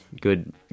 good